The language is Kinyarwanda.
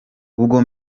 ubwo